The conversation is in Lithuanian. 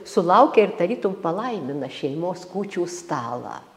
sulaukia ir tarytum palaimina šeimos kūčių stalą